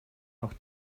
noch